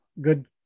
good